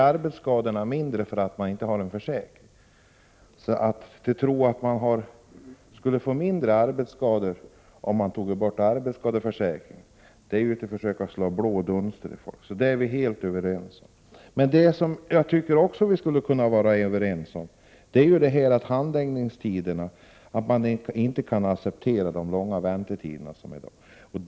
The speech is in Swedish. Arbetsskadorna blir inte färre för att man inte har någon försäkring. Att säga att man skulle få färre arbetsskador om man tog bort arbetsskadeförsäk 93 ringen är att försöka slå blå dunster i ögonen på folk. I denna fråga är vi helt överens. Vi borde också kunna vara överens om att man inte kan acceptera de långa handläggningstiderna i dag.